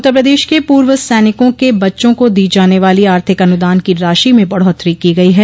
उत्तर प्रदेश के पूव सैनिकों के बच्चों को दी जाने वाली आर्थिक अनुदान की राशि में बढ़ोत्तरी की गई है